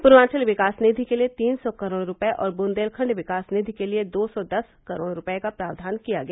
पूर्वांचल विकास निधि के लिये तीन सौ करोड़ रूपये और बुंदेलखंड विकास निधि के लिये दो सौ दस करोड़ रूपये का प्राव्यान किया गया